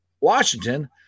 Washington